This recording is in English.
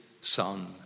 son